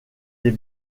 des